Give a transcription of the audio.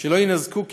היית מניעה את הרכב,